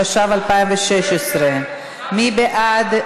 התשע"ו 2016. מי בעד?